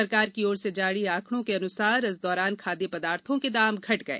सरकार की ओर से जारी आंकडों के अनुसार इस दौरान खाद्य पदार्थों के दाम घट गए